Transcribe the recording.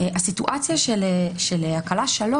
הסיטואציה של הקלה 3,